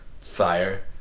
Fire